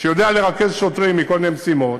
שיודע לרכז שוטרים מכל מיני משימות